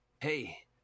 Hey